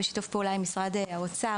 בשיתוף פעולה עם משרד האוצר,